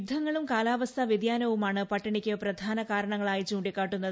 യുദ്ധങ്ങളും കാലാവസ്ഥാ വൃതിയാനവുമാണ് പട്ടിണിക്ക് പ്രധാന കാരണങ്ങളായി ചൂണ്ടിക്കാട്ടുന്നത്